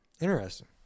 Interesting